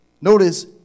Notice